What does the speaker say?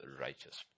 righteous